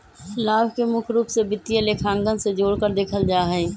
लाभ के मुख्य रूप से वित्तीय लेखांकन से जोडकर देखल जा हई